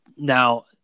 Now